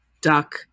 duck